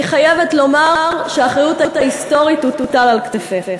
אני חייבת לומר שהאחריות ההיסטורית תוטל על כתפיך.